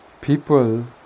People